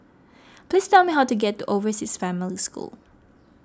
please tell me how to get to Overseas Family School